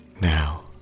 Now